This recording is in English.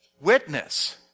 Witness